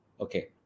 okay